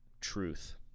truth